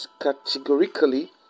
categorically